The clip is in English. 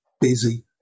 busy